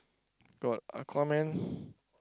got Aquaman